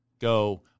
go